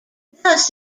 thus